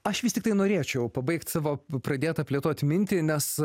aš vis tiktai norėčiau pabaigt savo pradėtą plėtot mintį nes